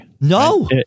No